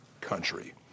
country